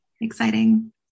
Exciting